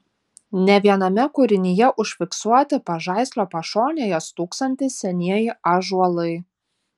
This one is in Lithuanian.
ne viename kūrinyje užfiksuoti pažaislio pašonėje stūksantys senieji ąžuolai